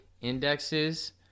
Indexes